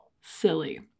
Silly